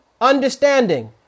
understanding